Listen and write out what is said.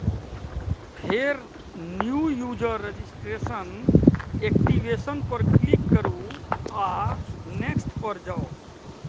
फेर new user registration, activation पर click करू आ नेक्स्ट पर जाउ